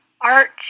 art